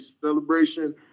celebration